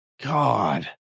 God